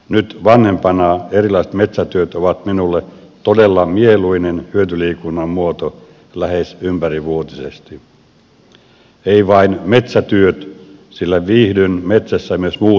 nyt vanhempana erilaiset metsätyöt ovat minulle todella mieluinen hyötyliikunnan muoto lähes ympärivuotisesti eivät vain metsätyöt sillä viihdyn metsässä myös muutoinkin